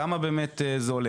כמה באמת זה עולה,